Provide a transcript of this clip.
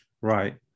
right